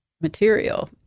material